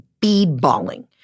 speedballing